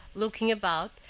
looking about,